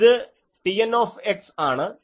ഇത് Tn ആണ്